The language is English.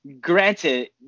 Granted